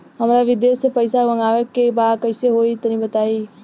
हमरा विदेश से पईसा मंगावे के बा कइसे होई तनि बताई?